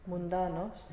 Mundanos